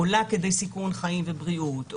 עולה כדי סיכון חיים ובריאות,